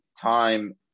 time